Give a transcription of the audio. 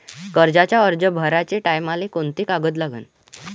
कर्जाचा अर्ज भराचे टायमाले कोंते कागद लागन?